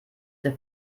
der